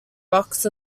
rocks